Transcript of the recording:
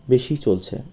বেশি চলছে